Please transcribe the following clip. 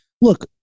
look